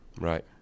Right